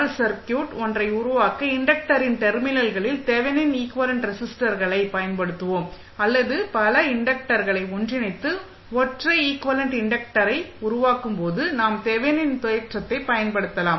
L circuit ஒன்றை உருவாக்க இன்டக்டரின் டெர்மினல்களில் தெவெனின் ஈக்வலெண்ட் ரெஸிஸ்டர்களை பயன்படுத்துவோம் அல்லது பல இன்டக்டர்களை ஒன்றிணைத்து ஒற்றை ஈக்வலெண்ட் இன்டக்டரை உருவாக்கும் போது நாம் தெவெனின் தேற்றத்தைப் பயன்படுத்தலாம்